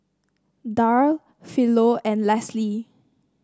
Darl Philo and Leslie